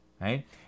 right